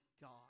God